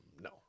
No